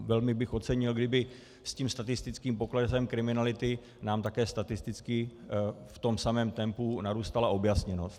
Velmi bych ocenil, kdyby s tím statistickým poklesem kriminality nám také statisticky v tom samém tempu narůstala objasněnost.